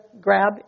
grab